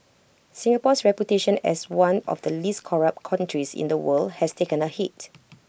Singapore's reputation as one of the least corrupt countries in the world has taken A hit